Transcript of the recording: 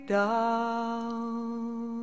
down